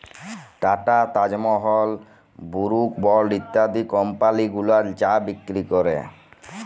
tata, Taj Mahal, Brooke Bond ইত্যাদি কমপালি গুলান চা বিক্রি ক্যরে